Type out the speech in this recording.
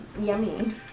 Yummy